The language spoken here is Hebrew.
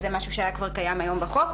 שזה משהו שהיה קיים היום בחוק,